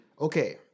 okay